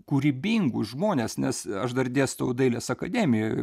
kūrybingus žmones nes aš dar dėstau dailės akademijoj